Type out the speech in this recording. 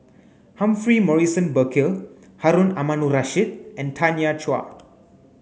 Humphrey Morrison Burkill Harun Aminurrashid and Tanya Chua